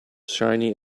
shiny